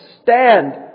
stand